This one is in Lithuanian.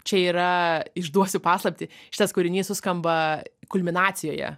čia yra išduosiu paslaptį šitas kūrinys suskamba kulminacijoje